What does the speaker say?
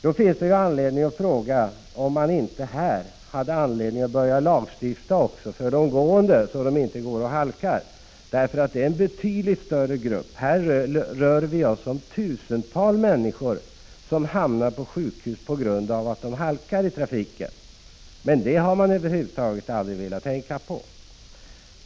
Vi har då anledning att fråga oss om det inte finns skäl för att vi börjar lagstifta också för de gående, så att de inte halkar. De gående är en mycket stor grupp. Det rör sig här om tusentals människor som hamnar på sjukhus på grund av att de halkar i trafiken. Men detta har regeringen över huvud taget inte velat tänka på.